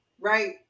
Right